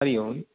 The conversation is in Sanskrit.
हरि ओं